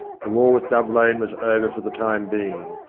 the war with dove lane was over for the time being,